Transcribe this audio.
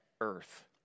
earth